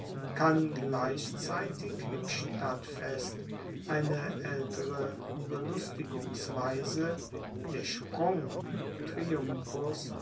kann gleichzeitig im stadtfest eine aeltere belustigungsweise der